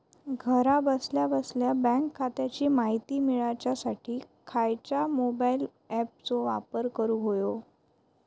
घरा बसल्या बसल्या बँक खात्याची माहिती मिळाच्यासाठी खायच्या मोबाईल ॲपाचो वापर करूक होयो?